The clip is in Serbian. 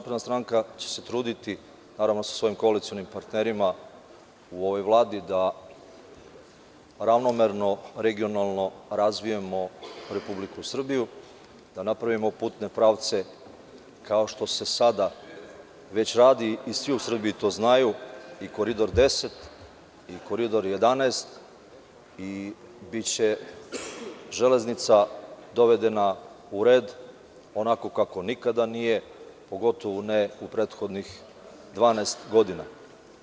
Prvo, SNS će se truditi sa svojim koalicionim partnerima u ovoj Vladi da ravnomerno regionalno razvijemo RS, da napravimo putne pravce kao što se već radi i svi u Srbiji to znaju i Koridor 10 i Koridor 11, i biće železnica dovedena u red onako kako nikada nije, pogotovo ne u prethodnih 12 godina.